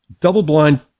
Double-blind